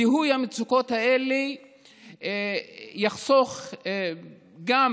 זיהוי המצוקות האלה יחסוך גם